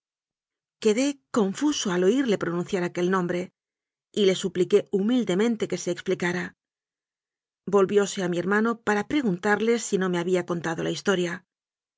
quedé confuso al oirle pronunciar aquel nombre y le supliqué humildemente que se explicara volvió se a mi hermano para preguntarle si no me había contado la historia